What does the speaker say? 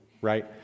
right